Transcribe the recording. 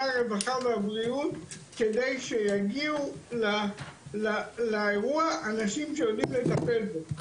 הרווחה והבריאות כדי שיגיעו לאירוע אנשים שיודעים לטפל בו,